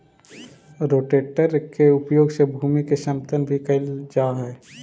rotator के उपयोग से भूमि के समतल भी कैल जा हई